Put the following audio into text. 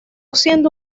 siendo